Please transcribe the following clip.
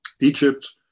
Egypt